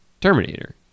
Terminator